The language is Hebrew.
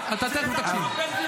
קשה לשמוע את כולכם בבת אחת.